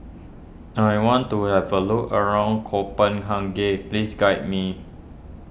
I want to have a look around Copenhagen please guide me